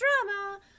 drama